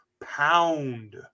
pound